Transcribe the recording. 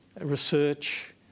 research